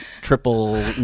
triple